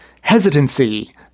hesitancy